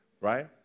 right